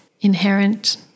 inherent